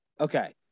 Okay